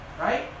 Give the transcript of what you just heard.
Right